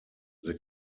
the